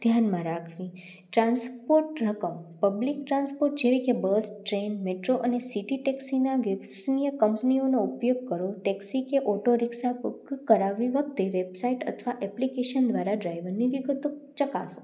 ધ્યાનમાં રાખવી ટ્રાન્સપોર્ટ રકમ પબ્લિક ટ્રાન્સપોર્ટ જેવી કે બસ ટ્રેન મેટ્રો અને સિટિ ટેક્સીના ગસનીયનો ઉપયોગ કરો ટેક્સી કે ઓટો રિક્ષા બુક કરાવી વખતે વેબસાઇટ અથવા એપ્લિકેશન દ્વારા ડ્રાઇવરની વિગતો ચકાસો